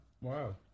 Wow